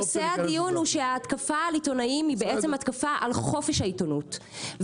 נושא הדיון הוא שהתקפה על עיתונאים היא בעצם התקפה על חופש העיתונות.